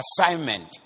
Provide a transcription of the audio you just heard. assignment